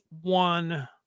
one